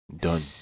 Done